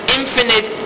infinite